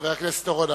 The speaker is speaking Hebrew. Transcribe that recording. חבר הכנסת אורון,